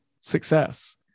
success